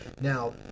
Now